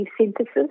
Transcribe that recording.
synthesis